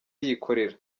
yikorera